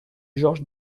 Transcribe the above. georges